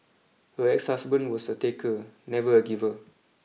her ex husband was a taker never a giver